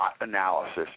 analysis